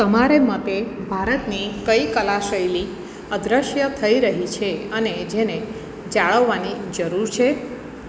તમારે મતે ભારતની કઈ કલા શૈલી અદૃશ્ય થઈ રહી છે અને જેને જાળવવાની જરૂર છે